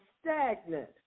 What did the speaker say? stagnant